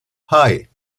hei